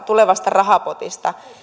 tulevasta rahapotista